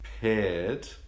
paired